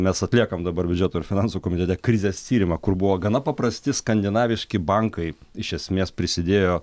mes atliekam dabar biudžeto ir finansų komitete krizės tyrimą kur buvo gana paprasti skandinaviški bankai iš esmės prisidėjo